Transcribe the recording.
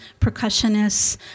percussionists